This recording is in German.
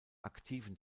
aktiven